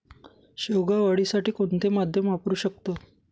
शेवगा वाढीसाठी कोणते माध्यम वापरु शकतो?